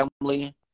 family –